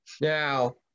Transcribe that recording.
Now